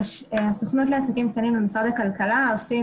הסוכנות לעסקים קטנים במשרד הכלכלה עושה